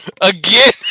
Again